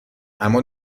اما